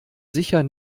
sicher